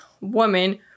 woman